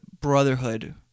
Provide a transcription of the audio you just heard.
brotherhood